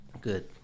Good